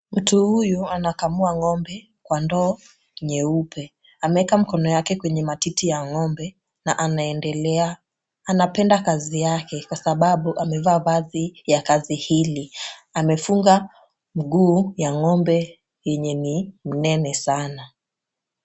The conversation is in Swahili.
Mtu huyu anakamua ng'ombe kwa ndoo nyeupe. Ameeka mkono yake kwenye matiti ya ng'ombe na anaendelea. Anapenda kazi yake kwa sababu amevaa vazi ya kazi hili. Amefunga mguu ya ng'ombe yenye ni mnene sana.